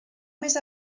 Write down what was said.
més